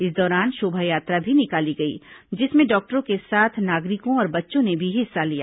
इस दौरान शोभा यात्रा भी निकाली गई जिसमें डॉक्टरों के साथ नागरिकों और बच्चों ने भी हिस्सा लिया